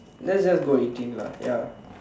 let's just go eighteen lah ya